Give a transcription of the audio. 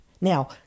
Now